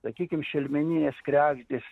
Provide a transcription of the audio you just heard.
sakykime šelmeninės kregždės